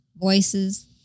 voices